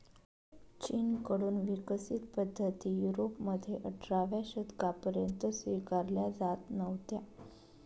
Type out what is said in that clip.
चीन कडून विकसित पद्धती युरोपमध्ये अठराव्या शतकापर्यंत स्वीकारल्या जात नव्हत्या